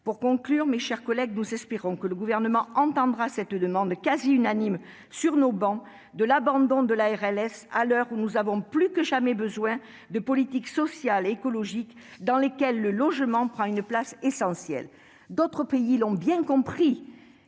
Pour conclure, mes chers collègues, nous espérons que le Gouvernement entendra la demande, quasi unanime sur les travées du Sénat, d'abandonner la RLS, à l'heure où nous avons plus que jamais besoin de politiques sociales et écologiques dans lesquelles le logement prend une place essentielle. D'autres pays, comme